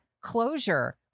closure